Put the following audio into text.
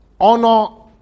Honor